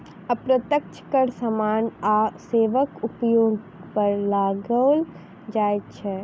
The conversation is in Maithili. अप्रत्यक्ष कर सामान आ सेवाक उपयोग पर लगाओल जाइत छै